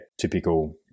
typical